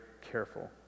careful